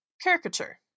caricature